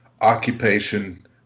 occupation